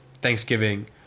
thanksgiving